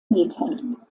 metern